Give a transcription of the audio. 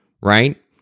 right